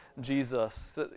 Jesus